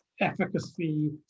efficacy